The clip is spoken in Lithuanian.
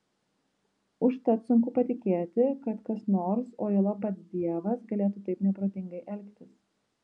užtat sunku patikėti kad kas nors o juolab pats dievas galėtų taip neprotingai elgtis